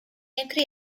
entre